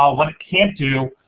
um what it can't do,